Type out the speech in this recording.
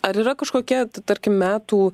ar yra kažkokia tarkim metų